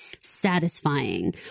satisfying